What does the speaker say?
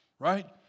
right